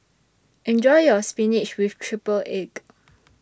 Enjoy your Spinach with Triple Egg